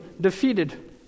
defeated